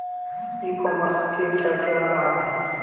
ई commerce के क्या क्या लाभ हैं?